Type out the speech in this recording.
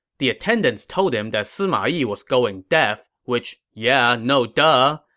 the attendants told him that sima yi was going deaf, which, yeah no duh.